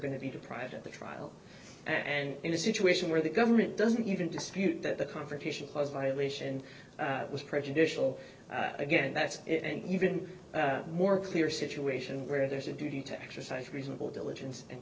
going to be deprived at the trial and in a situation where the government doesn't even dispute that the confrontation clause violation was prejudicial again that's it and even more clear situation where there's a duty to exercise reasonable diligence and